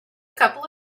couple